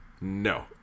No